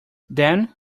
then